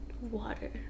water